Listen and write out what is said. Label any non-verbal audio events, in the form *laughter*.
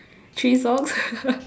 three socks *laughs*